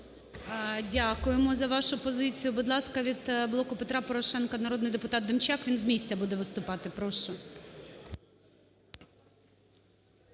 Дякуємо за вашу позицію. Будь ласка, від "Блоку Петра Порошенка" народний депутатДемчак. Він з місця буде виступати. Прошу.